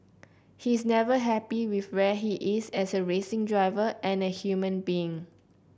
he is never happy with where he is as a racing driver and a human being